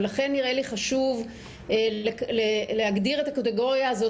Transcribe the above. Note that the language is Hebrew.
ולכן נראה לי חשוב להגדיר את הקטגוריה הזאת